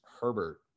Herbert